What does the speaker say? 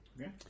Okay